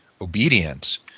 obedience